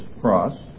cross